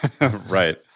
Right